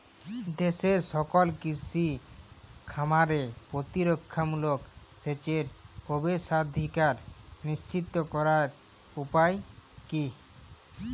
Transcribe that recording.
দেশের সকল কৃষি খামারে প্রতিরক্ষামূলক সেচের প্রবেশাধিকার নিশ্চিত করার উপায় কি?